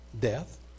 death